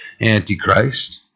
Antichrist